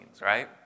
right